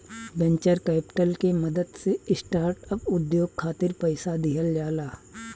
venture capital के मदद से स्टार्टअप उद्योग खातिर पईसा दिहल जाला